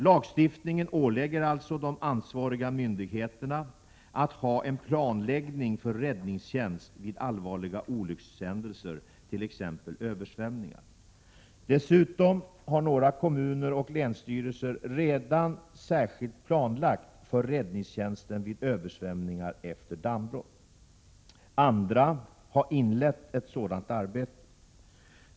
Lagstiftningen ålägger alltså de ansvariga myndigheterna att ha en planläggning för räddningstjänst vid allvarliga olyckshändelser, t.ex. översvämningar. Dessutom har några kommuner och länsstyrelser redan särskilt planlagt för räddningstjänsten vid översvämningar efter dammbrott. Andra har inlett ett sådant arbete.